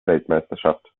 weltmeisterschaft